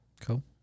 Cool